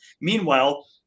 Meanwhile